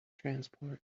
transport